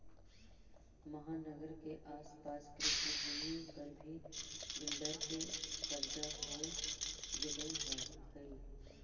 महानगर के आस पास कृषिभूमि पर भी बिल्डर के कब्जा हो गेलऽ हई